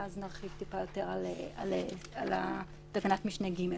ואז נרחיב טיפה על תקנת משנה (ג).